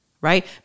right